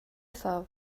ddiwethaf